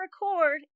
record